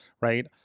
right